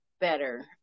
better